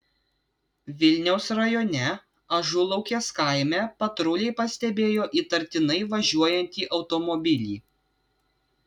vilniaus rajone ažulaukės kaime patruliai pastebėjo įtartinai važiuojantį automobilį